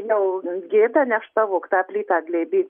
jau gėda nešt tą vogtą plytą glėby